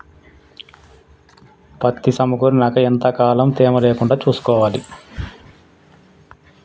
పత్తి సమకూరినాక ఎంత కాలం తేమ లేకుండా చూసుకోవాలి?